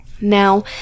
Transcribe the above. now